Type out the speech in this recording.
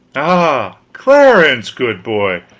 ah, clarence, good boy,